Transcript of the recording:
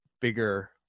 bigger